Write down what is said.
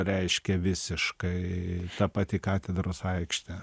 reiškia visiškai ta pati katedros aikštė